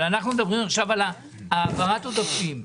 אבל אנחנו מדברים עכשיו על העברת עודפים,